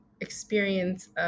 experience